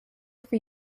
for